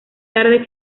tarde